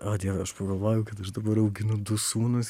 o dieve aš pagalvojau kad aš dabar auginu du sūnus